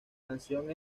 canción